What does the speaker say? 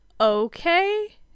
okay